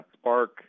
spark